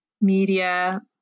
media